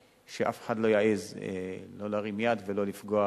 שאף אחד לא יעז לא להרים יד ולא לפגוע